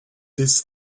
this